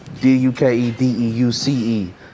D-U-K-E-D-E-U-C-E